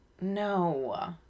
No